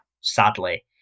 sadly